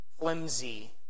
flimsy